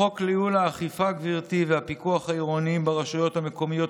החוק לייעול האכיפה והפיקוח העירוניים ברשויות המקומיות,